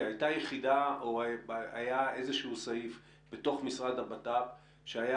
הייתה יחידה או היה איזשהו סעיף בתוך המשרד לביטחון פנים שהיה